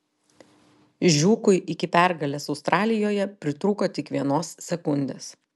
žiūkui iki pergalės australijoje pritrūko tik vienos sekundės